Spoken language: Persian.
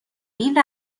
این